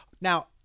Now